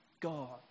God